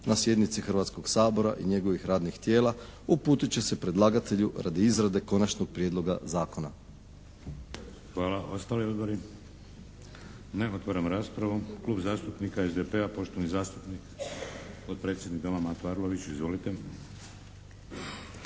na sjednici Hrvatskog sabora i njegovih radnih tijela uputit će se predlagatelju radi izradi konačnog prijedloga zakona. **Šeks, Vladimir (HDZ)** Hvala. Ostali odbori? Nema. Otvaram raspravu. Klub zastupnika SDP-a, poštovani zastupnik, potpredsjednik Doma Mato Arlović. Izvolite!